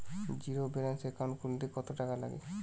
Zero balance account খুলতে কত টাকা লাগে?